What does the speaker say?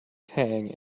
tang